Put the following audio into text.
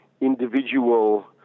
individual